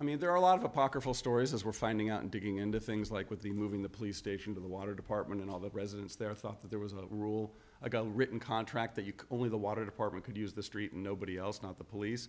i mean there are a lot of apocryphal stories as we're finding out and digging into things like with the moving the police station to the water department and all the residents there thought that there was a rule i got a written contract that you could only the water department could use the street and nobody else not the police